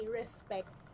respect